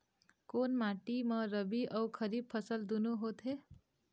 कोन माटी म रबी अऊ खरीफ फसल दूनों होत हे?